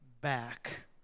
back